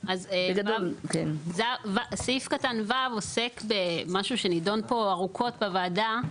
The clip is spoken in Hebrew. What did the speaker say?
(ו) עוסק במשהו שנידון פה ארוכות בוועדה,